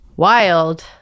Wild